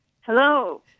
Hello